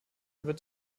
wird